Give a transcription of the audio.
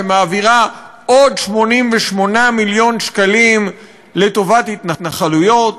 שמעבירה עוד 88 מיליון שקלים לטובת התנחלויות,